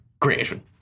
creation